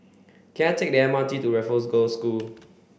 can I take the M R T to Raffles Girls' School